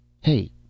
hey